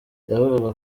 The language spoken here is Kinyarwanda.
yavugaga